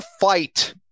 fight